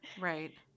right